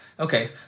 Okay